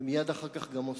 ומייד אחר כך גם עושים.